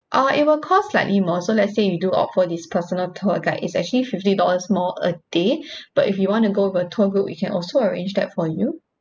uh it will cost slightly more so let's say we do offer this personal tour guide it's actually fifty dollars more a day but if you want to go with a tour group we can also arrange that for you